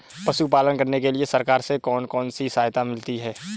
पशु पालन करने के लिए सरकार से कौन कौन सी सहायता मिलती है